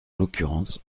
l’occurrence